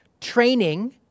Training